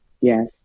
Yes